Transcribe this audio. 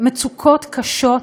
ממצוקות באמת קשות,